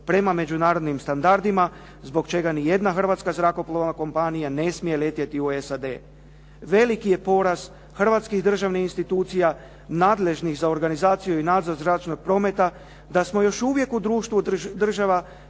prema međunarodnim standardima, zbog čega ni jedna hrvatska zrakoplovna kompanija ne smije letjeti u SAD. Veliki je porast hrvatskih državnih institucija nadležnih za organizaciju i nadzor zračnog prometa, da smo još uvijek u društvu država